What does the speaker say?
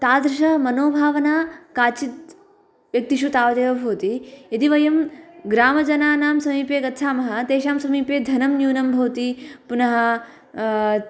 तादृशमनोभावना काचित् व्यक्तिषु तावदेव भवति यदि वयं ग्रामजनानां समीपे गच्छामः तेषां समीपे धनं न्यूनं भवति पुनः